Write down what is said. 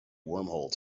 wormhole